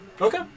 Okay